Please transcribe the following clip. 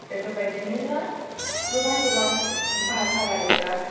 बेफोरबादि मेरला गोबां गोबां भासा राइलाइग्रा